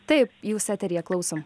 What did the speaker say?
taip jūs eteryje klausom